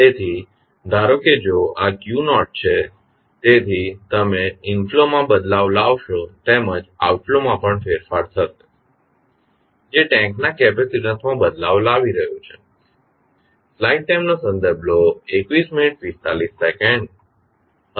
તેથી ધારો કે જો આ છે તેથી તમે ઇનફ્લો માં બદલાવ લાવશો તેમજ આઉટફ્લો માં પણ ફેરફાર થશે જે ટેન્કના કેપેસિટીન્સ માં બદલાવ લાવી રહ્યું છે